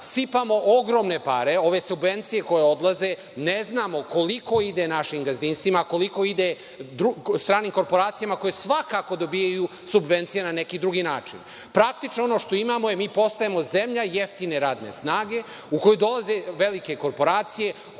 sipamo ogromne pare. Ove subvencije koje odlaze, ne znamo koliko ide našim gazdinstvima a koliko ide stranim korporacijama koje svakako dobijaju subvencije na neki drugi način. Praktično ono što imamo jeste da mi postajemo zemlja jeftine radne snage u koju dolaze velike korporacije